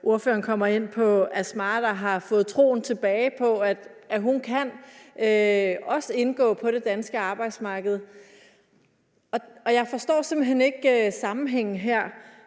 Ordføreren kommer ind på Asma, der har fået troen tilbage på, at også hun kan indgå på det danske arbejdsmarked. Jeg forstår simpelt hen ikke sammenhængen her.